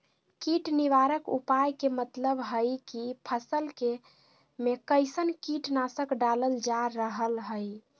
कीट निवारक उपाय के मतलव हई की फसल में कैसन कीट नाशक डालल जा रहल हई